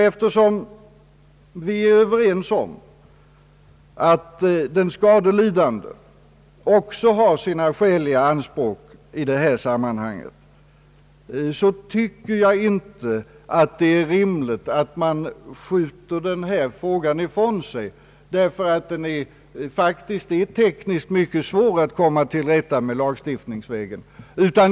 Eftersom vi är överens om att den skadelidande också har sina skäliga anspråk är det inte rimligt att skjuta denna fråga ifrån sig därför att den tekniskt är mycket svår att komma till rätta med lagstiftningsvägen.